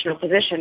position